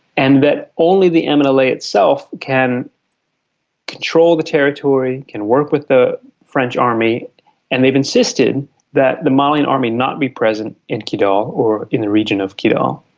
and that only the and mnla itself can control the territory, can work with the french army and they've insisted that the malian army not be present in kidal or in the region of kidal.